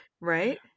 right